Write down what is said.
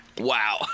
Wow